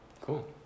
cool